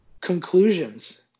conclusions